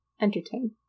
entertain